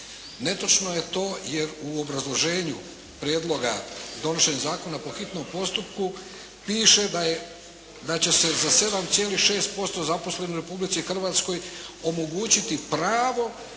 Netočno je to jer u obrazloženju prijedloga donošenja zakona po hitnom postupku piše da će se za 7,6% zaposlenih u Republici Hrvatskoj omogućiti pravo